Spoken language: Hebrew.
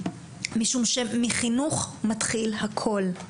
משום שמחינוך מתחיל הכל.